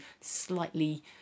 slightly